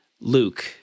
Luke